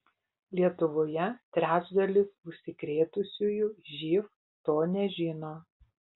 lietuvoje trečdalis užsikrėtusiųjų živ to nežino